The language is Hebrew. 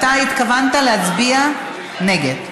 אתה התכוונת להצביע נגד.